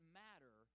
matter